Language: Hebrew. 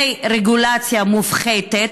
היא רגולציה מופחתת.